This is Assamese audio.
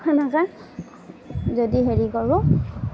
সেনেকৈ যদি হেৰি কৰোঁ